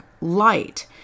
light